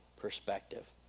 perspective